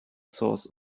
source